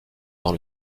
dans